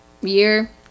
year